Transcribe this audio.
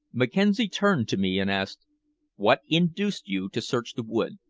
mackenzie turned to me and asked what induced you to search the wood?